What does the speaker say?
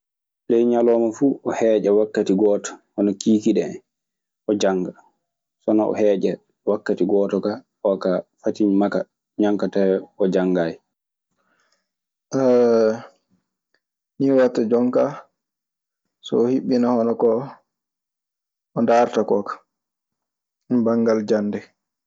Ley ñalowma fu e heeƴa wakkati gooto hono kiikiiɗe en. O jannga sona o heeƴe wakkati gooto kaa oo kaa fati maka ñanka tawe o janngayi. Nii waɗta jon kaa so o hiɓɓina hono ko o ndaarta koo kaa, e banngal jannde.